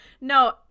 no